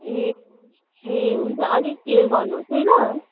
ए ए हुन्छ अलिक केयर गर्नु होस् है ल